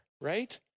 right